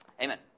Amen